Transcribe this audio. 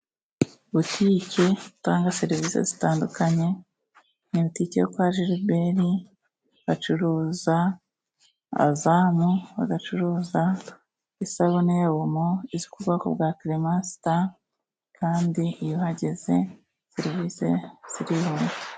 Butike itanga serivisi zitandukanye ni butike yo kwa Gilbert bacuruza azamu, bagacuruza isabune ya omo izwi ku bwoko bwa kelemasita, kandi iyo uhageze serivisi zirihuta.